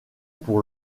pour